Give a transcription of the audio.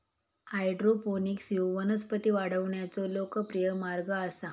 hydroponics ह्यो वनस्पती वाढवण्याचो लोकप्रिय मार्ग आसा